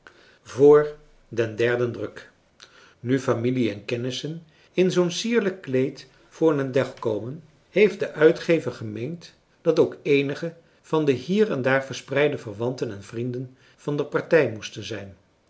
voor den derden druk nu familie en kennissen in zoo'n sierlijk kleed voor den dag komen heeft de uitgever gemeend dat ook eenige van de hier en daar verspreide verwanten en vrienden van de partij moesten zijn